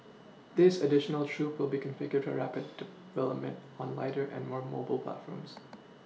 this additional troop will be configured for rapid development on lighter and more mobile platforms